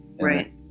right